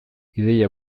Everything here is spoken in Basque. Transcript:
ideia